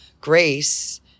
grace